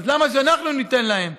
אז למה שאנחנו ניתן להם?